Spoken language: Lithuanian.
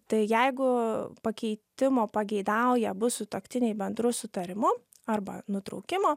tai jeigu pakeitimo pageidauja abu sutuoktiniai bendru sutarimu arba nutraukimo